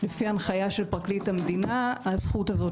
לפי ההנחיה של פרקליט המדינה הזכות הזאת